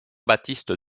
baptiste